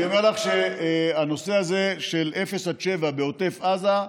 אני אומר לך שהנושא הזה של 0 7 קילומטר בעוטף עזה,